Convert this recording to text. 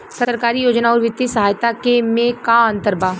सरकारी योजना आउर वित्तीय सहायता के में का अंतर बा?